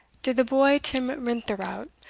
did the boy, tam rintherout,